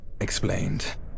explained